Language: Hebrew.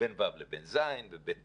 בין ו' לבין ז', ובין